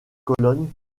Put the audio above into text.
cologne